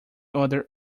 other